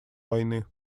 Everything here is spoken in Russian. войны